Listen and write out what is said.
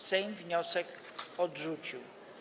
Sejm wniosek odrzucił.